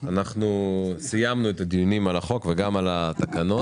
261). סיימנו את הדיונים על החוק ועל התקנות